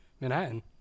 Manhattan